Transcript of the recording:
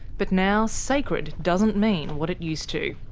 but now sacred doesn't mean what it used to.